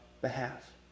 behalf